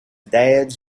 dad’s